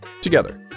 together